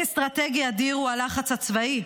הישג אסטרטגי אדיר הוא הלחץ הצבאי,